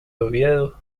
oviedo